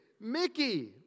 Mickey